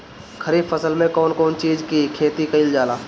खरीफ फसल मे कउन कउन चीज के खेती कईल जाला?